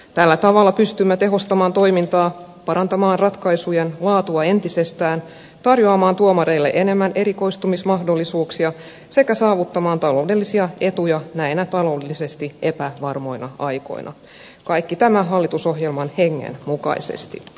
tällä tavalla pystymme tehostamaan toimintaa parantamaan ratkaisujen laatua entisestään tarjoamaan tuomareille enemmän erikoistumismahdollisuuksia sekä saavuttamaan taloudellisia etuja näinä taloudellisesti epävarmoina aikoina kaikki tämä hallitusohjelman hengen mukaisesti